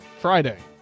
Friday